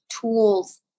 tools